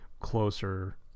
closer